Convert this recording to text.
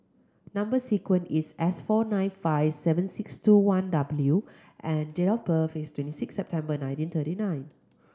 number sequence is S four nine five seven six two one W and date of birth is twenty six September nineteen thirty nine